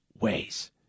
ways